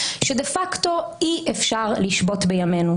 שדה-פקטו אי אפשר לשבות בימינו.